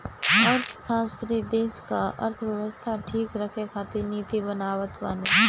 अर्थशास्त्री देस कअ अर्थव्यवस्था ठीक रखे खातिर नीति बनावत बाने